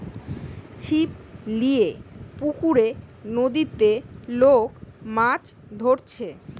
ছিপ লিয়ে পুকুরে, নদীতে লোক মাছ ধরছে